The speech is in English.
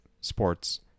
sports